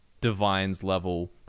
divines-level